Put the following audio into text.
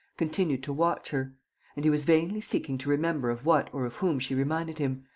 continued to watch her and he was vainly seeking to remember of what or of whom she reminded him,